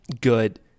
good